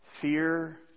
Fear